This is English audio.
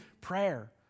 prayer